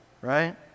right